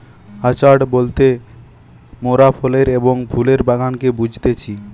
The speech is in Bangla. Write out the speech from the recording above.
অর্চাড বলতে মোরাফলের এবং ফুলের বাগানকে বুঝতেছি